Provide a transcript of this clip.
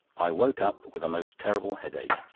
i woke up with a most terrible head-ache.